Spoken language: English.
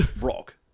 rock